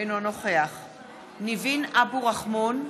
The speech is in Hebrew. אינו נוכח ניבין אבו רחמון,